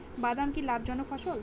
বাদাম কি লাভ জনক ফসল?